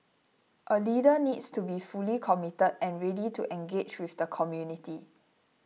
a leader needs to be fully committed and ready to engage with the community